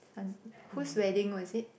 whose wedding was it